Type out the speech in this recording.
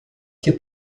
que